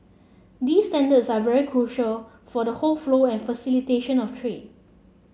these standards are very critical for the whole flow and facilitation of trade